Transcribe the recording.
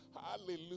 Hallelujah